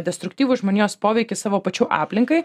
destruktyvų žmonijos poveikį savo pačių aplinkai